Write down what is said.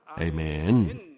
Amen